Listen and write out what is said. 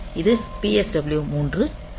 இது PSW 3 மற்றும் PSW 4